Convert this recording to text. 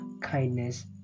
Kindness